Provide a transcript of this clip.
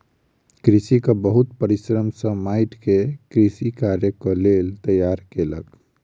कृषक बहुत परिश्रम सॅ माइट के कृषि कार्यक लेल तैयार केलक